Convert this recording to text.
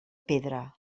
pedra